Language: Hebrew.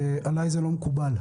עליי זה לא מקובל,